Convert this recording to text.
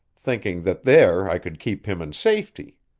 thinking that there i could keep him in safety.